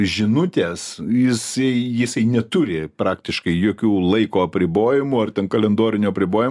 žinutės jisai jisai neturi praktiškai jokių laiko apribojimų ar ten kalendorinio apribojimo